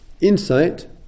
Insight